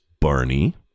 Barney